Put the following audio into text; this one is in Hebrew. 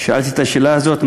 שאלתי את השאלה הזאת,